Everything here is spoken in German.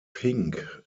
pink